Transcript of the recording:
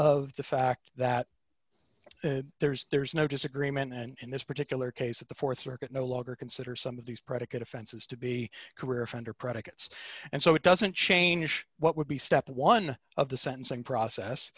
of the fact that there's there's no disagreement and in this particular case that the th circuit no longer consider some of these predicate offenses to be career offender predicates and so it doesn't change what would be step one of the sentencing process